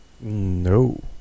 No